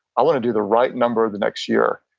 i want to do the right number the next year.